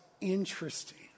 interesting